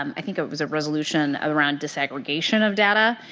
um i think it was a resolution around desegregation of data.